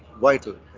vital